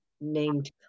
named